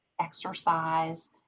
exercise